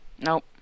Nope